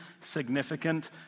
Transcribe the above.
significant